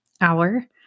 hour